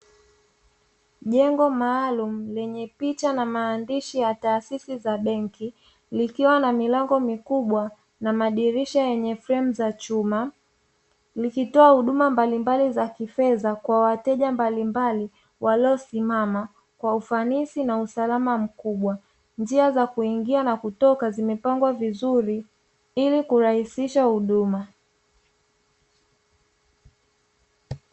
Jengo maalum lenye picha na maandishi ya taasisi za benki likiwa na milango mikubwa na madirisha yenye fremu za chuma, likitoa huduma mbalimbali za kifedha kwa wateja mbalimbali waliosimama kwa ufanisi na usalama mkubwa njia za kuingia na kutoka zimepangwa vizuri ili kurahisisha huduma.